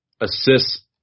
Assists